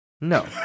No